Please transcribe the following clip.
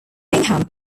bingham